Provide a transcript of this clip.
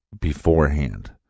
beforehand